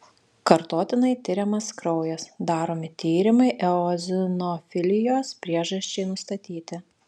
kartotinai tiriamas kraujas daromi tyrimai eozinofilijos priežasčiai nustatyti